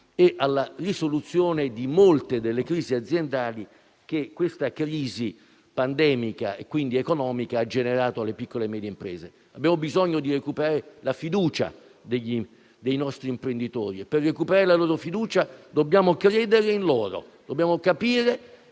e alla risoluzione di molte delle crisi aziendali che questa crisi pandemica e quindi economica ha generato riguardo alle piccole e medie imprese. Abbiamo bisogno di recuperare la fiducia dei nostri imprenditori e per farlo dobbiamo credere in loro, dobbiamo capire